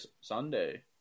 Sunday